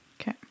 Okay